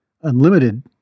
unlimited